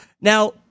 Now